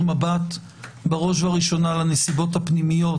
מבט בראש ובראשונה לנסיבות הפנימיות,